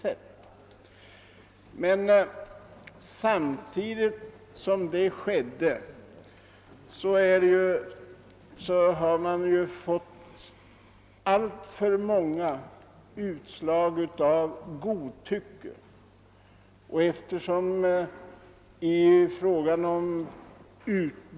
Under nämnda tid har jag emellertid konstaterat alltför många utslag av godtycke.